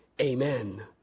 amen